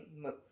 move